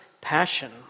passion